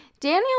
Daniel